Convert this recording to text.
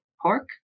pork